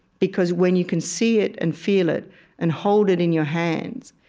because when you can see it and feel it and hold it in your hands,